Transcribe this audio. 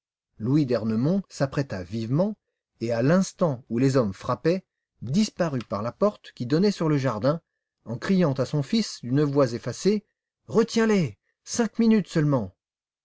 louis d'ernemont s'apprêta vivement et à l'instant où les hommes frappaient disparut par la porte qui donnait sur le jardin en criant à son fils d'une voix effacée retiens les cinq minutes seulement